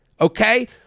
Okay